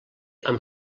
amb